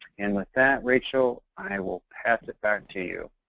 and with that, rachel, i will pass it back to you.